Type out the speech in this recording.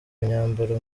imyambaro